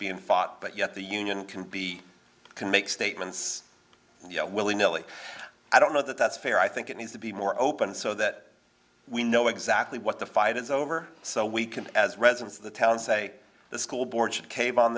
being fought but yet the union can be can make statements and you know willy nilly i don't know that that's fair i think it needs to be more open so that we know exactly what the fight is over so we can as residents of the town say the school board should cave on